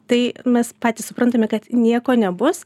tai mes patys suprantame kad nieko nebus